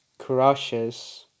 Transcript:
crushes